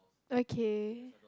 okay